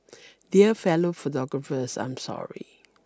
dear fellow photographers I'm sorry